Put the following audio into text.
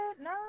no